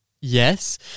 Yes